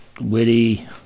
witty